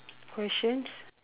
questions